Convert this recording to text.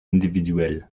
individuels